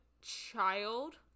child